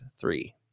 three